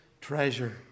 treasure